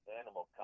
animal